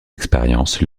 expériences